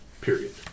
Period